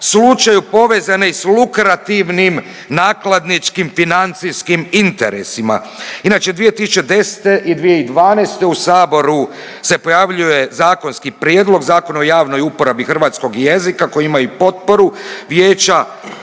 slučaju povezane i s lukrativnim nakladničkim financijskim interesima. Inače 2010. i 2012. u saboru se pojavljuje zakonski prijedlog Zakona o javnoj uporabi hrvatskog jezika koji ima i potporu Vijeća